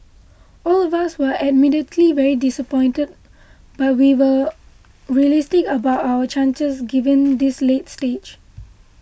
all of us were admittedly very disappointed but we were realistic about our chances given this late stage